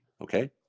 Okay